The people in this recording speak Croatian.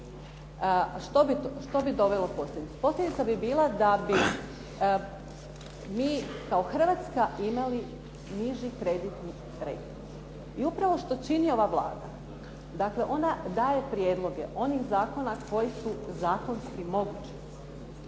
Što bi dovelo u posljedicu? Posljedica bi bila da bi mi kao Hrvatska imali niži kreditni … /Govornik se ne razumije./ … I upravo što čini ova Vlada, dakle ona daje prijedloge onih zakona koji su zakonski mogući,